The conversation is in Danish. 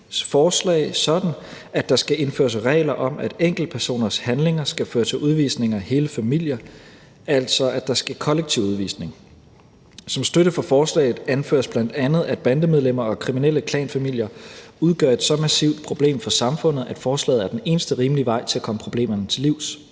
forslag sådan, at der skal indføres regler om, at enkeltpersoners handlinger skal føre til udvisning af hele familier, altså at der sker kollektiv udvisning. Som støtte for forslaget anføres bl.a., at bandemedlemmer og kriminelle klanfamilier udgør et så massivt problem for samfundet, at forslaget er den eneste rimelige vej til at komme problemerne til livs.